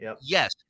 Yes